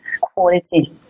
quality